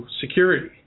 security